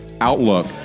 outlook